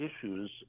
issues